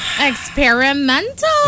Experimental